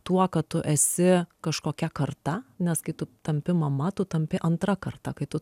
tuo kad tu esi kažkokia karta nes kai tu tampi mama tu tampi antra karta kai tu